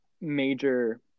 major